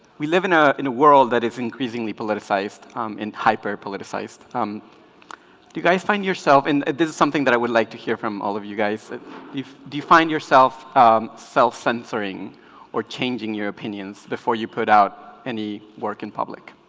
we live in a in a world that is increasingly politicized um in hyper politicized um do you guys find yourself and this is something that i would like to hear from all of you guys if do you find yourself self censoring or changing your opinions before you put out any work in public